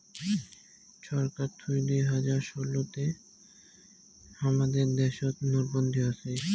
ছরকার থুই দুই হাজার ষোলো তে হামাদের দ্যাশোত নোটবন্দি হসে